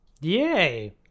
yay